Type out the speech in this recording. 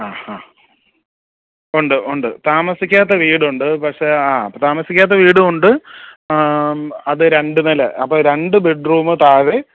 ആ ആ ഉണ്ട് ഉണ്ട് താമസിക്കാത്ത വീടുണ്ട് പക്ഷേ ആ താമസിക്കാത്ത വീടുണ്ട് അത് രണ്ട് നില രണ്ട് ബഡ് റൂം താഴെ